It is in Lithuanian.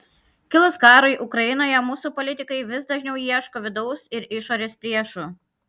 kilus karui ukrainoje mūsų politikai vis dažniau ieško vidaus ir išorės priešų